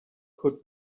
could